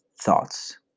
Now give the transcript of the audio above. thoughts